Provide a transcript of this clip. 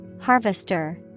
Harvester